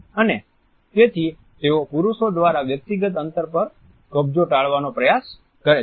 અને તેથી તેઓ પુરુષો દ્વારા વ્યક્તિગત અંતર પર કબજો ટાળવાનો પ્રયાસ કરે છે